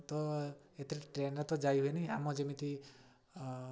ତ ଏଥିରେ ଟ୍ରେନ୍ରେ ତ ଯାଇହୁଏ ନି ଆମ ଯେମିତି